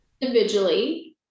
Individually